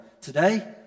today